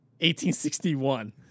1861